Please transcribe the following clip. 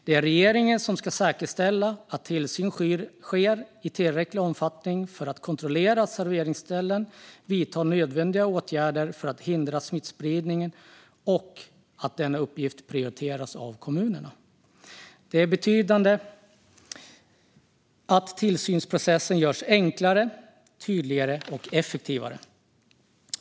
Det är regeringen som ska säkerställa att tillsyn sker i tillräcklig omfattning för att kontrollera att serveringsställen vidtar nödvändiga åtgärder för att hindra smittspridning och att denna uppgift prioriteras av kommunerna. Det är av betydelse att tillsynsprocessen görs enklare, tydligare och effektivare.